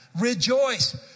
rejoice